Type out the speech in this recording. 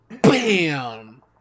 Bam